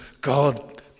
God